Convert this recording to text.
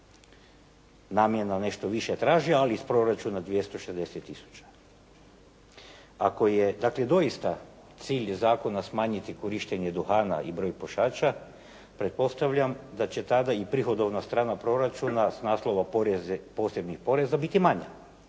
namjena nešto više traži ali iz proračuna 260 tisuća. Ako je dakle doista cilj zakona smanjiti korištenje duhana i broj pušača, pretpostavljam da će tada i prihodovna strana proračuna s naslova posebnih poreza biti manja,